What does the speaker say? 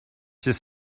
just